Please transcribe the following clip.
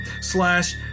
slash